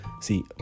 see